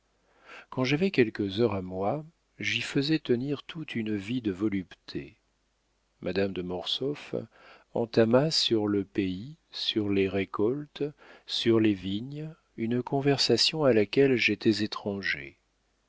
quand j'avais quelques heures à moi j'y faisais tenir toute une vie de voluptés madame de mortsauf entama sur le pays sur les récoltes sur les vignes une conversation à laquelle j'étais étranger